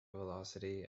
velocity